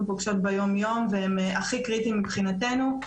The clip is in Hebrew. פוגשות ביומיום והם הכי קריטיים מבחינתנו.